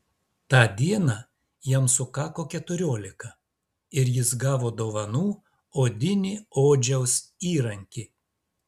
tą dieną jam sukako keturiolika ir jis gavo dovanų odinį odžiaus įrankį